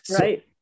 Right